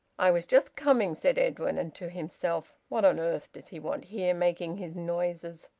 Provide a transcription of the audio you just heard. i was just coming, said edwin. and to himself, what on earth does he want here, making his noises?